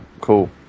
Cool